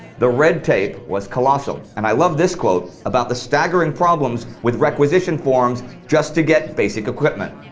the red tape was colossal, and i love this quote about the staggering problems with requisition forms just to get basic equipment,